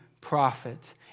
prophet